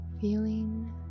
feeling